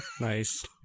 Nice